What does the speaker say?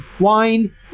wine